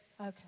okay